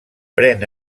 pren